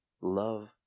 love